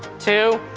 two,